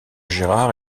gérard